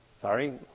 Sorry